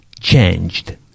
changed